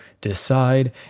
decide